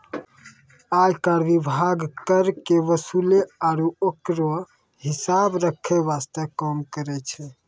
आयकर विभाग कर के वसूले आरू ओकरो हिसाब रख्खै वास्ते काम करै छै